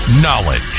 Knowledge